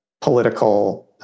political